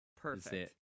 Perfect